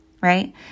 right